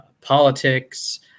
politics